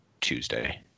Tuesday